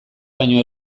baino